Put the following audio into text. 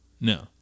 No